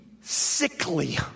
sickly